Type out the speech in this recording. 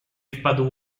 wpadł